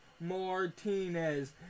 Martinez